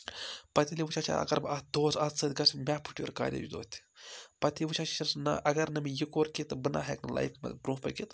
پَتہٕ ییٚلہِ یہِ وٕچھان چھِ اگر بہٕ اَتھ دوس اَتھ سۭتۍ گژھِ مےٚ پھٕٹیور کالیج دۄہ تہِ پَتہٕ یہِ وٕچھان چھِ نہ اگر نہٕ مےٚ یہِ کوٚر کہِ تہٕ بہٕ نہ ہیٚکہِ نہٕ لایفہِ منٛز برونٛہہ پٔرِکِتھ